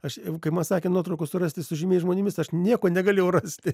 aš kai man sakė nuotraukų surasti su žymiais žmonėmis aš nieko negalėjau rasti